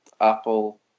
Apple